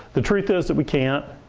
the truth is that we can't.